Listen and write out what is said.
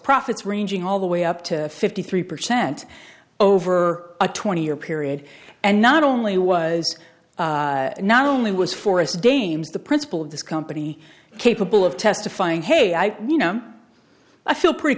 profits ranging all the way up to fifty three percent over a twenty year period and not only was not only was for us dames the principal of this company capable of testifying hey i you know i'm i feel pretty